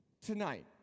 tonight